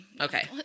Okay